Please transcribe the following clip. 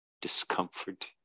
discomfort